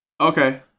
okay